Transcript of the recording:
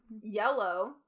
Yellow